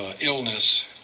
illness